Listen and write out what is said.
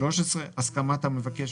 הסכמת המבקש